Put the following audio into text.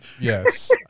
yes